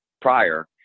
prior